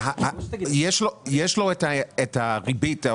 יש לו את הריבית,